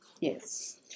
Yes